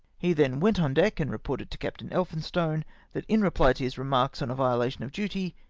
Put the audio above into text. he then went on deck, and reported to captain elphinstone that in reply to his remarks on a violation of duty,